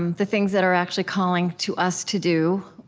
um the things that are actually calling to us to do,